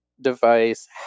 device